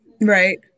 Right